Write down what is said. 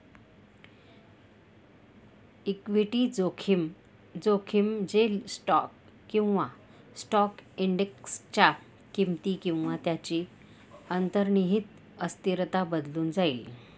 equity जोखीम, जोखीम जे स्टॉक किंवा स्टॉक इंडेक्सच्या किमती किंवा त्यांची अंतर्निहित अस्थिरता बदलून जाईल